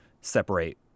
separate